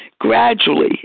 Gradually